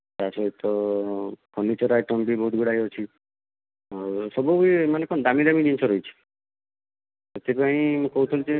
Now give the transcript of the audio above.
ତା ସହିତ furniture item ବି ବହୁତ ଗୁଡ଼ାଏ ଅଛି ସବୁ ବି ମାନେ କ'ଣ ଦାମୀ ଦାମୀ ଜିନିଷ ରହିଛି ସେଥି ପାଇଁ ମୁଁ କହୁଥିଲି ଯେ